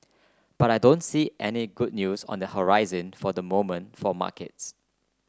but I don't see any good news on the horizon for the moment for markets